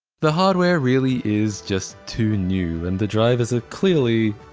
the hardware really is just too new and the drivers are clearly.